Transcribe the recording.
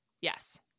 Yes